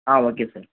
ah okay sir